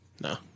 No